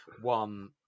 one